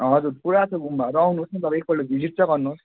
हजुर पुरा छ गुम्बाहरू आउनुहोस् न तपाईँ एकपल्ट भिजिट त गर्नुहोस्